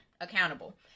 accountable